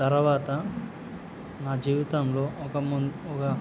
తర్వాత నా జీవితంలో ఒక ఒక